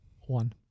one